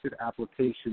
Application